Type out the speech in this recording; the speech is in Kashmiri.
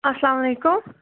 اَسلام علیکُم